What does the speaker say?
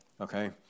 Okay